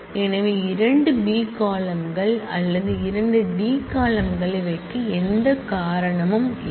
எனவே இரண்டு B column கள் அல்லது இரண்டு D காலம்களை வைக்க எந்த காரணமும் இல்லை